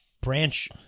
branch